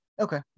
Okay